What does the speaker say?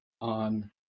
on